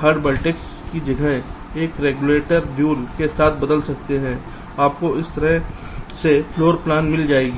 हर vertex की जगह एक रैक्टेंगुलर ड्यूल के साथ बदल सकते हैं और आपको इस तरह सेफ्लोर प्लान मिल जाएगी